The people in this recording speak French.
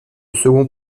second